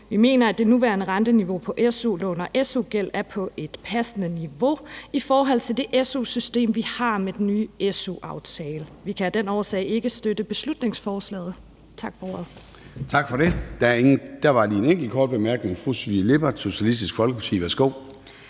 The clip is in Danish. Vi mener, at det nuværende renteniveau på su-lån og su-gæld er på et passende niveau i forhold til det su-system, vi har med den nye su-aftale. Vi kan af den årsag ikke støtte beslutningsforslaget. Tak for ordet. Kl. 19:42 Formanden (Søren Gade): Tak for det. Der var lige en enkelt kort bemærkning. Fru Sofie Lippert, Socialistisk Folkeparti. Værsgo.